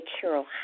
Carol